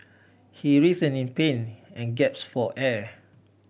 he writh in pain and gasped for air